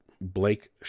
Blake